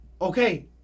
Okay